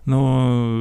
na o